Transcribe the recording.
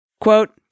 Quote